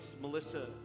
melissa